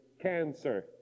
cancer